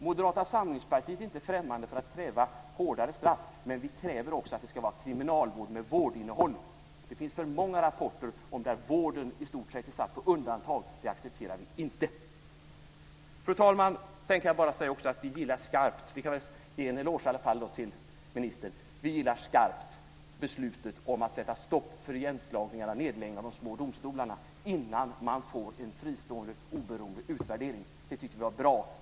Moderata samlingspartiet är inte främmande för att kräva hårdare straff, men vi kräver också att det ska vara en kriminalvård med ett vårdinnehåll. Det finns för många rapporter om fall där vården i stort sett är satt på undantag. Det accepterar vi inte! Fru talman! Sedan kan jag bara säga, för att ändå ge en eloge till ministern, att vi skarpt gillar beslutet att sätta stopp för igenslagningarna, nedläggningarna, av de små domstolarna innan man får en fristående, oberoende utvärdering. Det tyckte vi var bra.